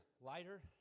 lighter